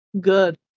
Good